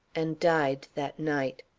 and died that night.